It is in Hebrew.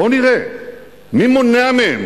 בואו נראה מי מונע מהם